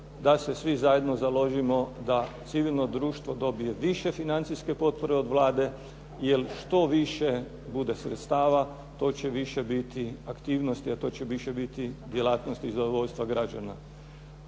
da se svi zajedno založimo da civilno društvo dobije više financijske potpore od Vlade, jer što više bude sredstava to će više biti aktivnosti, a to će više biti djelatnosti i zadovoljstva građana.